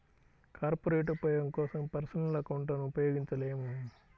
corporate ఉపయోగం కోసం personal అకౌంట్లను ఉపయోగించలేము